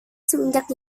semenjak